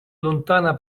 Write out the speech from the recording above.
lontana